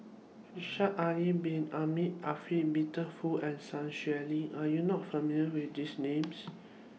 Shaikh Yahya Bin Ahmed Afifi Peter Fu and Sun Xueling Are YOU not familiar with These Names